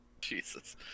jesus